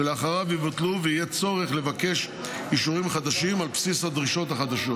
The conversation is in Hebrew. שלאחריו יבוטלו ויהיה צורך לבקש אישורים חדשים על בסיס הדרישות החדשות.